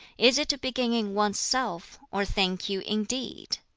is it to begin in one's self, or think you, indeed!